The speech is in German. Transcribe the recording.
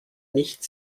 nicht